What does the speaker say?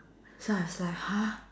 so I was like !huh!